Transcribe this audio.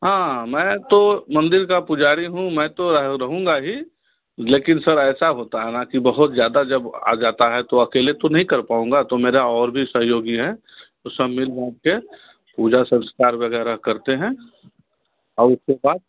हाँ मैं तो मंदिर का पुजारी हूँ मैं तो रहूँगा ही लेकिन सर ऐसा होता है ना कि बहुत ज़्यादा जब आ जाता है तो अकेले तो नहीं कर पाऊँगा तो मेरा और भी सहयोगी हैं वो सब मिल बाँट के पूजा संस्कार वग़ैरह करते हैं और उसके बाद